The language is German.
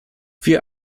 wir